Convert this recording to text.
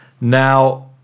Now